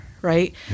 right